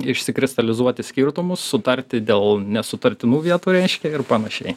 išsikristalizuoti skirtumus sutarti dėl nesutartinų vietų reiškia ir panašiai